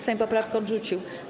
Sejm poprawkę odrzucił.